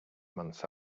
months